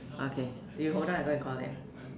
okay you hold on I go and call them